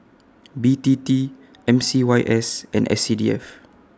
B T T M C Y S and S C D F